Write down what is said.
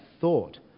thought